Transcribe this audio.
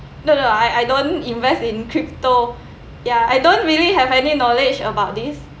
no no I I don't invest in crypto ya I don't really have any knowledge about this